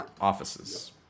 offices